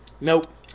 nope